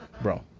bro